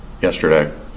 yesterday